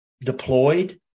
deployed